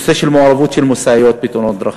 נושא של מעורבות של משאיות בתאונות דרכים,